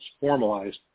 formalized